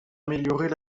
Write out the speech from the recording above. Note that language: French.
améliorer